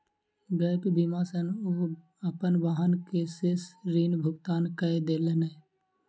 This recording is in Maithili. गैप बीमा सॅ ओ अपन वाहन के शेष ऋण भुगतान कय देलैन